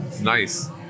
nice